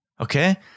Okay